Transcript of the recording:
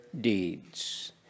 deeds